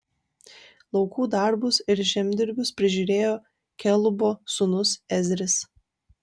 laukų darbus ir žemdirbius prižiūrėjo kelubo sūnus ezris